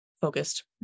focused